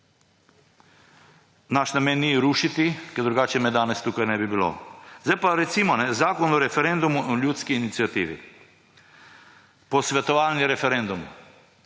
Naš namen ni rušiti, ker drugače me danes tukaj ne bi bilo. Zdaj pa Zakon o referendumu in ljudski iniciativi, posvetovalni referendum.